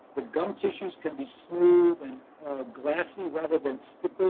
the gum tissues can be smooth and glassy rather than stiff